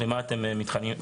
למה אתם מתכוונים?